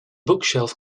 bookshelf